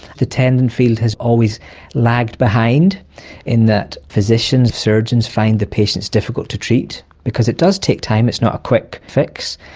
the tendon field has always lagged behind in that physicians, surgeons find the patients difficult to treat because it does take time, it's not a quick fix.